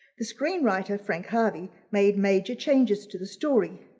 the screenwriter frank harvey made major changes to the story.